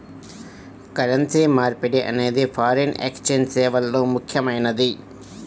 currency మార్పిడి అనేది foreign exchange సేవల్లో ముఖ్యమైనది